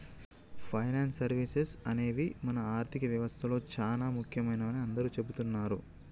finance services అనేవి మన ఆర్థిక వ్యవస్తలో చానా ముఖ్యమైనవని అందరూ చెబుతున్నరు